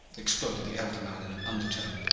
exploded the elder man in an undertone.